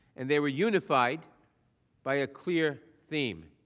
and they were unified by a clear theme.